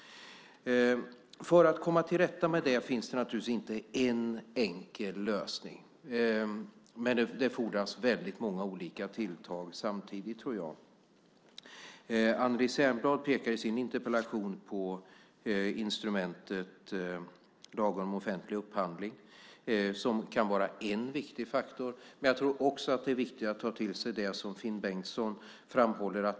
För att komma till rätta med det finns det inte en enkel lösning. Det fordras väldigt många olika tilltag samtidigt. Anneli Särnblad pekar i sin interpellation på instrumentet lagen om offentlig upphandling. Det kan vara en viktig faktor. Men jag tror också att det är viktigt att ta till sig det som Finn Bengtsson framhåller.